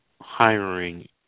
hiring